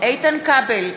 איתן כבל,